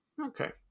Okay